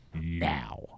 now